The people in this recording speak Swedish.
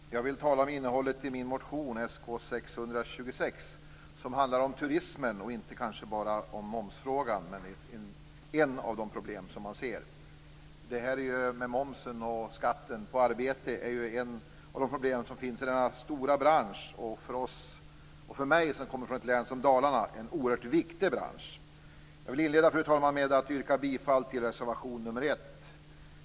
Fru talman! Jag vill tala om innehållet i min motion Sk626, som handlar om turismen och inte bara om momsfrågan, som är ett av de problem som man ser. Momsen och skatten på arbete är ju problem som finns inom denna stora bransch. För mig som kommer från ett län som Dalarna är det en oerhört viktig bransch. Fru talman! Jag vill inleda med att yrka bifall till reservation nr 1.